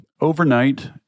Overnight